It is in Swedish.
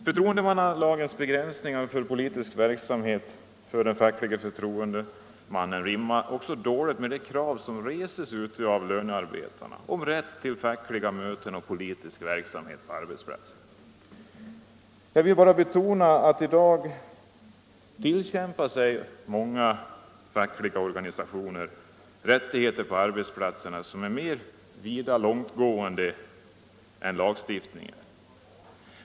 Förtroendemannalagens begränsningar i fråga om politisk verksamhet för den facklige förtroendemannen rimmar också dåligt med de krav som reses från lönarbetarna på rätt till fackliga möten och politisk verksamhet på arbetsplatsen. Jak vill bara betona att i dag tillkämpar sig många fackliga organisationer rättigheter på arbetsplatsen som är vida mer långtgående än lagstiftningen.